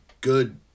good